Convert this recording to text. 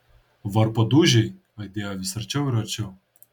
varpo dūžiai aidėjo vis arčiau ir arčiau